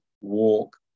walk